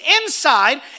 inside